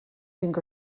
cinc